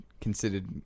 considered